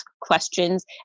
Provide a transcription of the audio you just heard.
questions